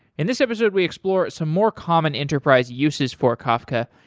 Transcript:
in this episode we explore some more common enterprise uses for kafka,